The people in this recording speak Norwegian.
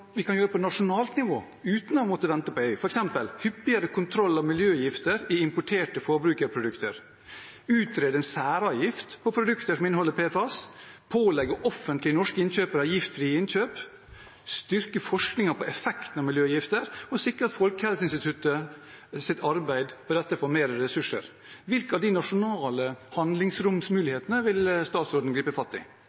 vi kan sette i verk på nasjonalt nivå, uten å måtte vente på EU, f.eks. hyppigere kontroll av miljøgifter i importerte forbrukerprodukter, å utrede en særavgift for produkter som inneholder PFAS, å pålegge offentlige norske innkjøpere giftfrie innkjøp, å styrke forskningen på effekten av miljøgifter og å sikre at Folkehelseinstituttets arbeid med dette får mer ressurser. Hvilke av de nasjonale